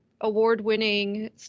award-winning